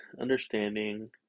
understanding